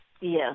Yes